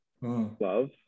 love